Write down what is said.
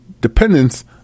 dependence